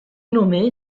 nommé